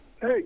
Hey